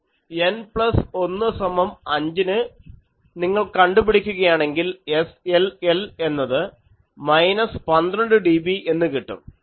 N plus 1 സമം 5 ന് നിങ്ങൾ കണ്ടുപിടിക്കുകയാണെങ്കിൽ SLL എന്നത് മൈനസ് 12dB എന്ന് കിട്ടും